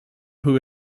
who